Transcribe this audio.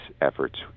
efforts